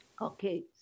Okay